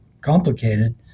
complicated